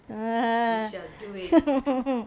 err